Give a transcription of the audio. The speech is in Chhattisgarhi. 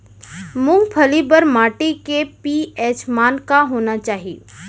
मूंगफली बर माटी के पी.एच मान का होना चाही?